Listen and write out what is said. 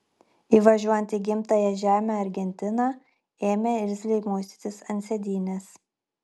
įvažiuojant į gimtąją žemę argentina ėmė irzliai muistytis ant sėdynės